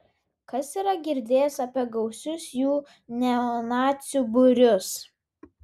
kas yra girdėjęs apie gausius jų neonacių būrius